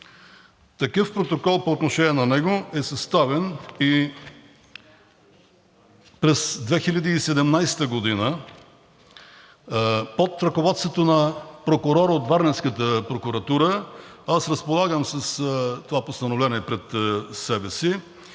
такъв протокол по отношение на него е съставен и през 2017 г. под ръководството на прокурор от Варненската прокуратура. Аз разполагам с това постановление пред себе си,